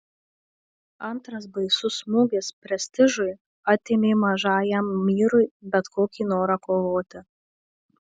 antras baisus smūgis prestižui atėmė mažajam myrui bet kokį norą kovoti